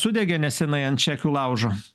sudegė nesenai ant čekių laužo